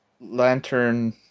lantern